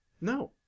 No